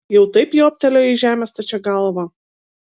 jau taip jobtelėjo į žemę stačia galva